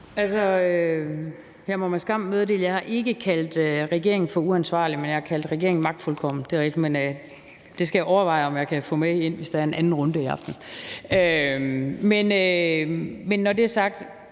Altså, jeg må med skam meddele, at jeg ikke har kaldt regeringen for uansvarlig, men jeg har kaldt regeringen for magtfuldkommen – det er rigtigt. Det skal jeg overveje om jeg kan få med ind, hvis der bliver en anden runde i aften. Men når det er sagt,